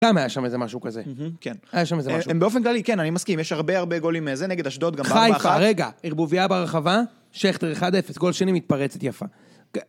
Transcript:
גם היה שם איזה משהו כזה? כן. היה שם איזה משהו. המ באופן כללי, כן, אני מסכים, יש הרבה הרבה גולים מ.. זה נגד אשדוד, גם בארבעה אחת. חיפה רגע, ערבוביה ברחבה, שכטר אחד אפס, גול שני מתפרצת יפה.